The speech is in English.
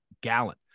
gallon